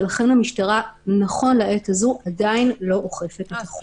ולכן המשטרה נכון לעת הזאת עדיין לא אוכפת את החוק.